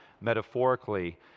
metaphorically